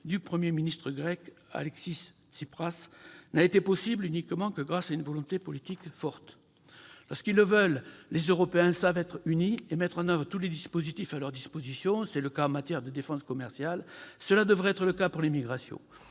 du Premier ministre grec, Alexis Tsipras, n'a été possible que grâce à une volonté politique forte. Lorsqu'ils le veulent, les Européens savent être unis et mettre en oeuvre tous les dispositifs à leur disposition. C'est le cas en matière de défense commerciale. Cela devrait être le cas pour les migrations.